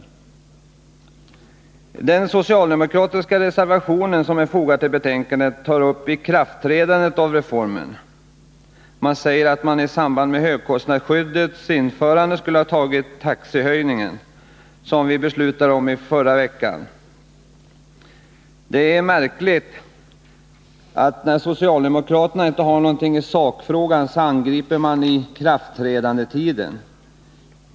I den socialdemokratiska reservation som är fogad till betänkandet tas reformens ikratträdande upp. Det framhålls att man i samband med högkostnadsskyddets införande borde ha tagit taxehöjningen som vi beslutade om i förra veckan. Det är märkligt att när socialdemokraterna inte har någonting att komma med i sakfrågan angriper de ikraftträdandetiden.